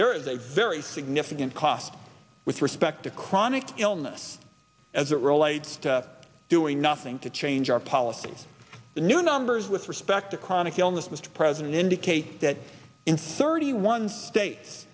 there is a very significant cost with respect to chronic illness as it relates to doing nothing to change our policies the new numbers with respect to chronic illness mr president indicate that in thirty one states